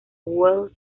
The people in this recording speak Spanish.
wells